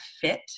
fit